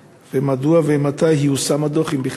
4. מדוע ומתי ייושם הדוח, אם בכלל?